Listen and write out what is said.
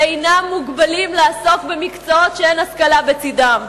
ואינם מוגבלים לעסוק במקצועות שאין השכלה בצדם.